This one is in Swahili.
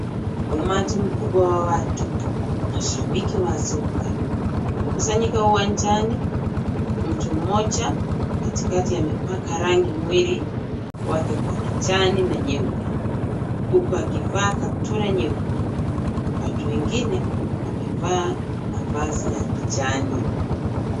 Umati mkubwa wa watu, mashabiki wa soka, wamekusanyika uwanjani, mtu mmoja katikakati amepaka rangi mwili wake kwa kijani na nyeupe huku akivaa kaptura nyeupe. Watu wengine wamevaa mavazi ya kijani.